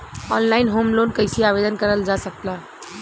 Online home loan कैसे आवेदन करल जा ला?